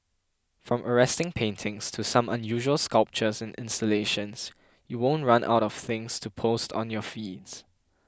from arresting paintings to some unusual sculptures and installations you won't run out of things to post on your feeds